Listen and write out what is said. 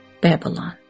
Babylon